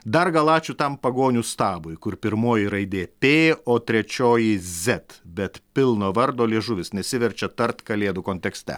dar gal ačiū tam pagonių stabui kur pirmoji raidė pė o trečioji zet bet pilno vardo liežuvis nesiverčia tart kalėdų kontekste